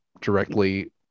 directly